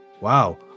Wow